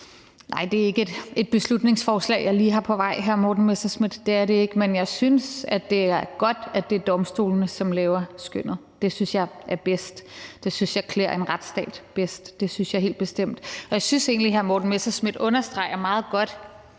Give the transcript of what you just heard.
Nej, det er ikke et beslutningsforslag, som jeg lige er på vej med, hr. Morten Messerschmidt. Men jeg synes, at det er godt, at det er domstolene, der laver skønnet. Det synes jeg er bedst; det synes jeg klæder en retsstat bedst. Det synes jeg helt bestemt. Og jeg synes egentlig, at hr. Morten Messerschmidt understreger meget godt